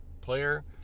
player